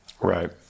right